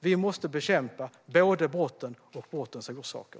Vi måste bekämpa både brotten och brottens orsaker.